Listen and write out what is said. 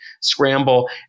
scramble